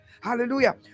Hallelujah